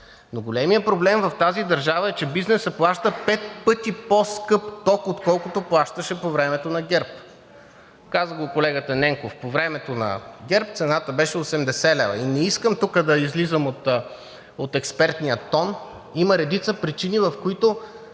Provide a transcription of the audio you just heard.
Големият проблем в тази държава е, че бизнесът плаща пет пъти по-скъп ток, отколкото плащаше по времето на ГЕРБ. Каза го колегата Ненков: по времето на ГЕРБ цената беше 80 лв. Не искам тук да излизам от експертния тон, има редица причини, поради които